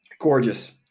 Gorgeous